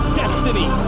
destiny